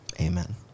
amen